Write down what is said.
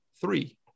three